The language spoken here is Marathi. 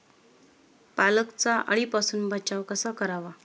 पालकचा अळीपासून बचाव कसा करावा?